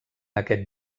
aquest